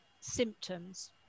symptoms